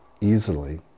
easily